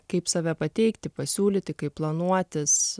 kaip save pateikti pasiūlyti kaip planuotis